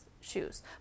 shoes